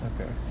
Okay